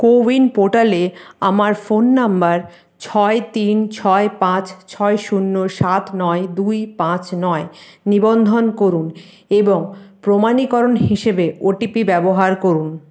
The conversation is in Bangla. কো উইন পোর্টালে আমার ফোন নাম্বার ছয় তিন ছয় পাঁচ ছয় শূন্য সাত নয় দুই পাঁচ নয় নিবন্ধন করুন এবং প্রমাণীকরণ হিসেবে ওটিপি ব্যবহার করুন